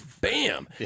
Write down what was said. Bam